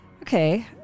okay